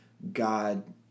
God